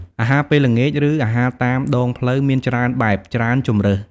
អាហារពេលល្ងាច ឬ អាហារតាមដងផ្លូវមានច្រើនបែប ច្រើនជម្រើស។